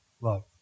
love